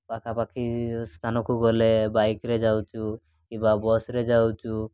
ପାଖାପାଖି ସ୍ଥାନକୁ ଗଲେ ବାଇକ୍ରେ ଯାଉଛୁ କିମ୍ବା ବସ୍ରେ ଯାଉଛୁ